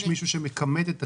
יש מישהו שמכמת את התשואות?